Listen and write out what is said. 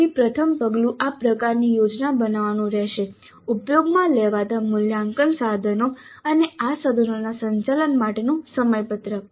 તેથી પ્રથમ પગલું આ પ્રકારની યોજના બનાવવાનું રહેશે ઉપયોગમાં લેવાતા મૂલ્યાંકન સાધનો અને આ સાધનોના સંચાલન માટેનું સમયપત્રક